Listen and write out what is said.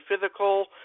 physical